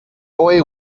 boy